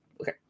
okay